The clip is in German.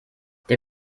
der